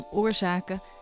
Oorzaken